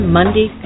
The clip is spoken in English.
Monday